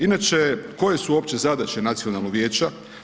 Inače koje su uopće zadaće Nacionalnog vijeća?